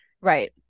Right